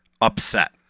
upset